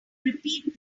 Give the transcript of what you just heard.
repeat